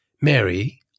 Mary